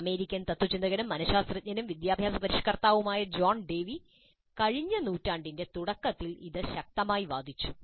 American തത്ത്വചിന്തകനും മനഃശാസ്ത്രജ്ഞനും വിദ്യാഭ്യാസ പരിഷ്കർത്താവുമായ ജോൺ ഡേവി കഴിഞ്ഞ നൂറ്റാണ്ടിന്റെ തുടക്കത്തിൽ ഇത് ശക്തമായി വാദിച്ചു